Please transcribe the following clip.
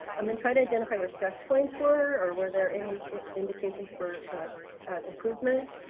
um and try to identify where stress points were or were there any indications for improvement?